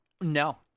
No